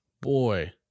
Boy